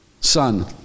son